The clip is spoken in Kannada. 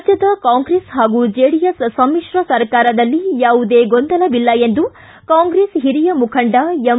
ರಾಜ್ಯದ ಕಾಂಗ್ರೆಸ್ ಹಾಗೂ ಜೆಡಿಎಸ್ ಸಮಿತ್ರ ಸರಕಾರದಲ್ಲಿ ಯಾವುದೇ ಗೊಂದವಿಲ್ಲ ಎಂದು ಕಾಂಗ್ರೆಸ್ ಹಿರಿಯ ಮುಖಂಡ ಎಂ